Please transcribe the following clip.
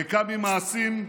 ריקה ממעשים,